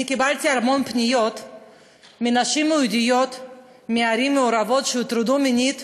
אני קיבלתי המון פניות מנשים יהודיות מערים מעורבות שהוטרדו מינית